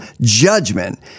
judgment